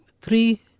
three